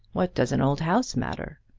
what does an old house matter?